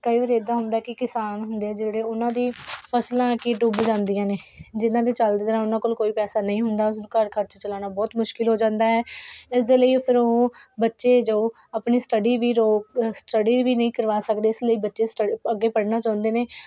ਕਈ ਵਾਰੀ ਇੱਦਾਂ ਹੁੰਦਾ ਕਿ ਕਿਸਾਨ ਹੁੰਦੇ ਜਿਹੜੇ ਉਹਨਾਂ ਦੀ ਫਸਲਾਂ ਕੀ ਡੁੱਂਬ ਜਾਂਦੀਆਂ ਨੇ ਜਿਹਨਾਂ ਦੇ ਚੱਲਦੇ ਦੌਰਾਨ ਉਹਨਾਂ ਕੋਲ ਕੋਈ ਪੈਸਾ ਨਹੀਂ ਹੁੰਦਾ ਉਸਨੂੰ ਘਰ ਖਰਚ ਚਲਾਉਣਾ ਬਹੁਤ ਮੁਸ਼ਕਲ ਹੋ ਜਾਂਦਾ ਹੈ ਇਸ ਦੇ ਲਈ ਫਿਰ ਉਹ ਬੱਚੇ ਜੋ ਆਪਣੇ ਸਟੱਡੀ ਵੀ ਰੋਕ ਸਟੱਡੀ ਵੀ ਨਹੀਂ ਕਰਵਾ ਸਕਦੇ ਇਸ ਲਈ ਬੱਚੇ ਸਟ ਅੱਗੇ ਪੜ੍ਹਨਾ ਚਾਹੁੰਦੇ ਨੇ